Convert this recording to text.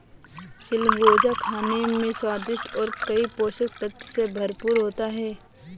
चिलगोजा खाने में स्वादिष्ट और कई पोषक तत्व से भरपूर होता है